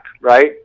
right